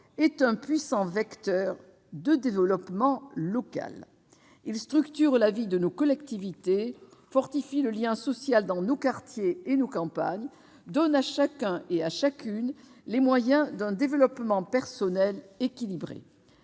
est un puissant vecteur de développement local. Il structure la vie de nos collectivités, fortifie le lien social dans nos quartiers et nos campagnes et donne à chacun et à chacune les moyens d'un développement personnel équilibré.